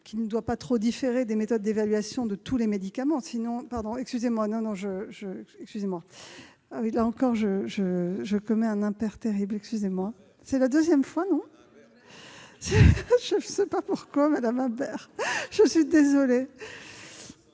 qui ne doit pas trop différer des méthodes d'évaluation des autres médicaments.